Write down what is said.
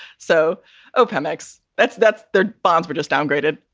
so ah pemex, that's that's their bonds. we just downgraded,